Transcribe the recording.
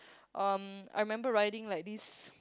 um I remember riding like this